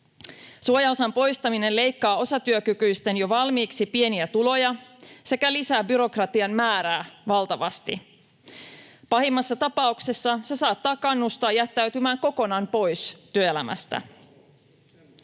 Suojaosan poistaminen leikkaa osatyökykyisten jo valmiiksi pieniä tuloja sekä lisää byrokratian määrää valtavasti. Pahimmassa tapauksessa se saattaa kannustaa jättäytymään kokonaan pois työelämästä.